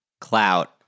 clout